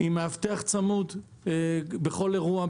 עם מאבטח צמוד בכל אירוע,